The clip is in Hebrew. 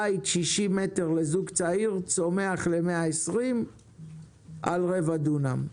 בית 60 מטר לזוג צעיר צומח ל-120 על רבע דונם.